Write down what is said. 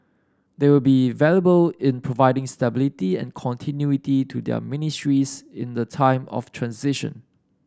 they will be valuable in providing stability and continuity to their ministries in the time of transition